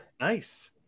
Nice